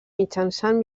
mitjançant